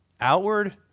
Outward